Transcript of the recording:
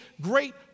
great